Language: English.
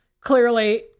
clearly